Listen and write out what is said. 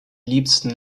liebsten